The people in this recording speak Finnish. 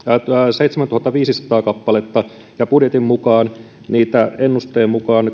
seitsemäntuhattaviisisataa kappaletta ja budjetin mukaan ennusteen mukaan